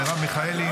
מרב מיכאלי,